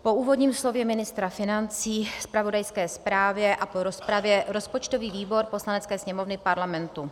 Po úvodním slově ministra financí, zpravodajské zprávě a po rozpravě rozpočtový výbor Poslanecké sněmovny Parlamentu